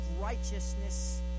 righteousness